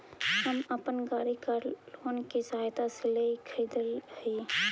हम अपन गाड़ी कार लोन की सहायता से ही खरीदली हल